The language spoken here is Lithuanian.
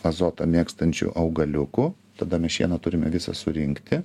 azotą mėgstančių augaliukų tada mes šieną turime visą surinkti